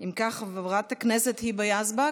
אם כך, חברת הכנסת היבה יזבק,